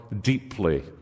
deeply